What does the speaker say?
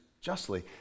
justly